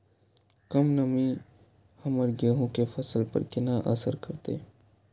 कम नमी हमर गेहूँ के फसल पर केना असर करतय?